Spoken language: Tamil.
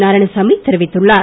நாராயணசாமி தெரிவித்துள்ளார்